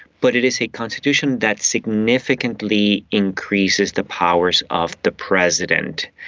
but it is a constitution that significantly increases the powers of the president.